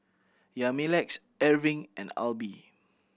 Yamilex Erving and Alby